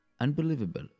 Unbelievable